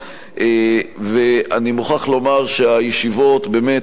ואני מוכרח לומר שהישיבות הרבות,